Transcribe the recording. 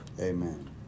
Amen